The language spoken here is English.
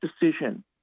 decision